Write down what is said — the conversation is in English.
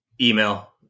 Email